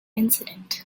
incident